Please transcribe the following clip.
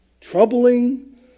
troubling